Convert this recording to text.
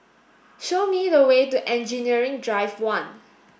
show me the way to Engineering Drive One